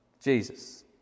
Jesus